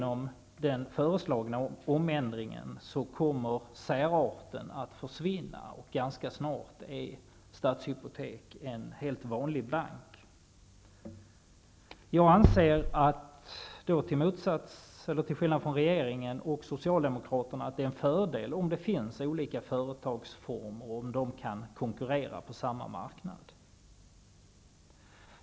Om den föreslagna ändringen genomförs, kommer särarten att försvinna, och ganska snart är Stadshypotek en helt vanlig bank. Till skillnad från regeringen och Socialdemokraterna anser jag att det är en fördel om det finns olika företagsformer och om de kan konkurrera på samma marknad.